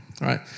right